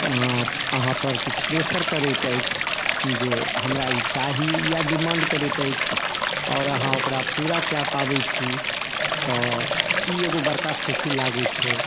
अहाँ पर किछु प्रेशर करैत अछि जे हमरा ई चाही या डिमाण्ड करैत अछि आओर अहाँ ओकरा पूरा कै पाबैत छी तऽ ई एगो बड़का खुशी लागैत छै